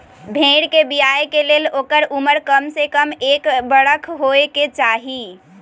भेड़ कें बियाय के लेल ओकर उमर कमसे कम एक बरख होयके चाही